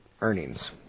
earnings